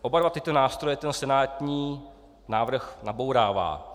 Oba dva tyto nástroje senátní návrh nabourává.